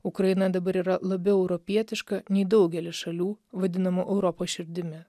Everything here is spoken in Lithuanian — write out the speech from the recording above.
ukraina dabar yra labiau europietiška nei daugelis šalių vadinamų europos širdimi